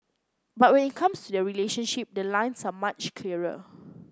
but when it comes to their relationship the lines are much clearer